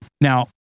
Now